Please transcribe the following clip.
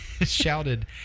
shouted